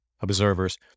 observers